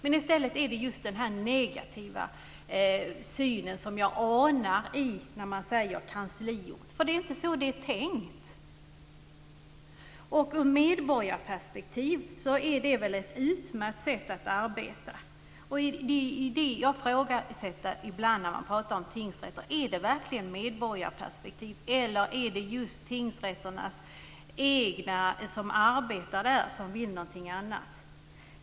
I stället anar jag en negativ syn när man säger kansliort. Det är inte så det är tänkt. Ur medborgarperspektiv är det ett utmärkt sätt att arbeta. Det är vad jag ifrågasätter ibland när man talar om tingsrätter. Är det verkligen medborgarperspektiv det är fråga om, eller är det de som arbetar på tingsrätterna som vill någonting annat?